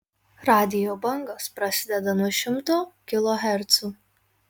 radijo bangos prasideda nuo šimtų kilohercų